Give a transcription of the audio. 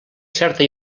certa